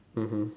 mmhmm